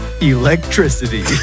Electricity